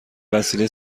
وسیله